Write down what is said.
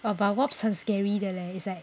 about wasps 很 scary 的 leh it's like